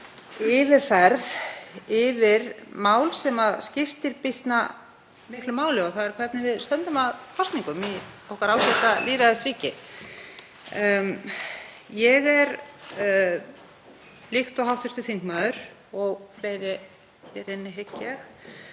yfirferð yfir mál sem skiptir býsna miklu og það er hvernig við stöndum að kosningum í okkar ágæta lýðræðisríki. Ég er líkt og hv. þingmaður og fleiri hér inni, hygg